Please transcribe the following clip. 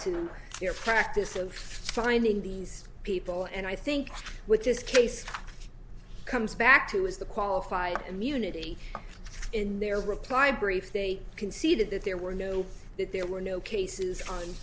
your practice of finding these people and i think with this case comes back to is the qualified immunity in their reply brief they conceded that there were no that there were no cases on